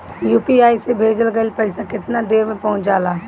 UPI से भेजल गईल पईसा कितना देर में पहुंच जाला?